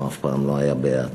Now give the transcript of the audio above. הוא אף פעם לא היה בהאטה,